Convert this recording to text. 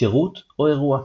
שירות או אירוע.